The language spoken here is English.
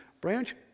branch